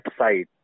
website